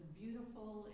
beautiful